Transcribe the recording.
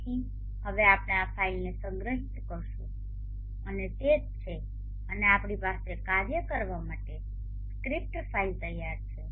તેથી હવે આપણે આ ફાઈલને સંગ્રહિત કરીશું અને તે જ છે અને આપણી પાસે કાર્ય કરવા માટે સ્ક્રિપ્ટ ફાઇલ તૈયાર છે